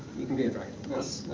you can be a dragon.